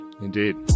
indeed